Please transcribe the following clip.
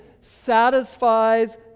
satisfies